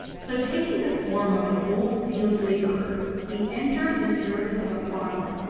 so, taking the form of an old field labourer, he entered the service of a farmer.